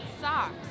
socks